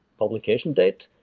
publication date,